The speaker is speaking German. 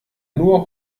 nur